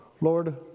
Lord